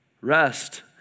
rest